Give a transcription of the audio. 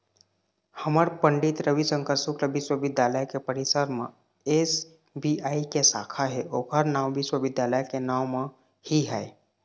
हमर पंडित रविशंकर शुक्ल बिस्वबिद्यालय के परिसर म एस.बी.आई के साखा हे ओखर नांव विश्वविद्यालय के नांव म ही है